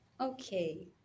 Okay